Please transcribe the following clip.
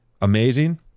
amazing